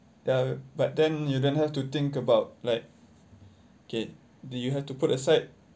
ya but then you don't have to think about like okay do you have to put aside